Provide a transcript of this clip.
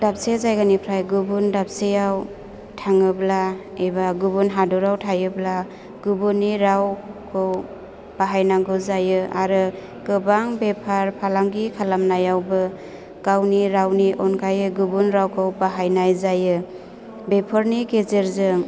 दाबसे जायगानिफ्राय गुबुन दाबसेयाव थाङोब्ला एबा गुबुन हादराव थायोब्ला गुबुननि रावखौ बाहायनांगौ जायो आरो गोबां बेफार फालांगि खालामनायावबो गावनि रावनि अनगायै गुबुन रावखौ बाहायनाय जायो बेफोरनि गेजेरजों